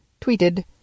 tweeted